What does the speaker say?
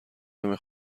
نمی